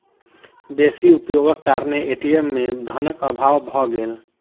बेसी उपयोगक कारणेँ ए.टी.एम में धनक अभाव भ गेल